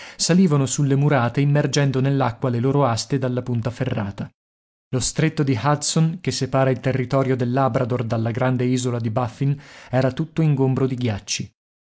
salivano sulle murate immergendo nell'acqua le loro aste dalla punta ferrata lo stretto di hudson che separa il territorio del labrador dalla grande isola di baffin era tutto ingombro di ghiacci